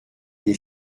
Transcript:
des